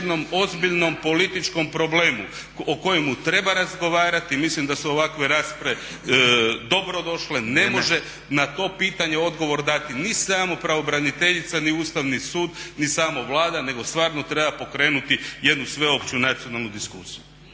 ozbiljnom političkom problemu o kojemu treba razgovarati i mislim da su ovakve rasprave dobrodošle, ne može na to pitanje odgovor dati na samo pravobraniteljica ni Ustavni sud ni samo Vlada nego stvarno treba pokrenuti jednu sveopću nacionalnu diskusiju.